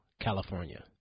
California